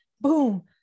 boom